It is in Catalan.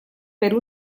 per